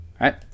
right